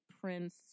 prince